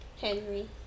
Henry